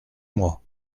mois